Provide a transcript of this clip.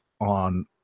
on